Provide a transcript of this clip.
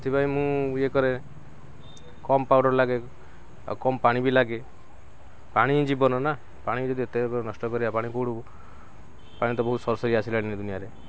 ସେଥିପାଇଁ ମୁଁ ଇଏ କରେ କମ୍ ପାଉଡ଼ର୍ ଲାଗେ ଆଉ କମ୍ ପାଣି ବି ଲାଗେ ପାଣି ହିଁ ଜୀବନ ନା ପାଣି ଯଦି ଏତେ ଭାବରେ ନଷ୍ଟ କରିବା ପାଣି କୋଉଠୁ ପାଣି ତ ବହୁତ ସରିସରି ଆସିଲାଣି ଦୁନିଆରେ